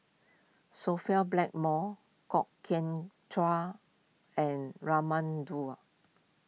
Sophia Blackmore Kwok Kian Chow and Raman Daud